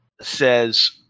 says